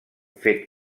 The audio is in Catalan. fet